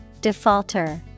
Defaulter